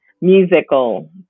musical